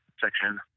section